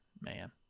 Man